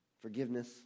Forgiveness